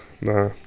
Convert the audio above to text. nah